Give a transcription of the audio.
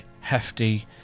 hefty